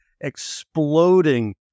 exploding